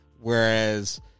whereas